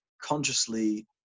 consciously